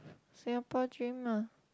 Singapore dream lah